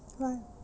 right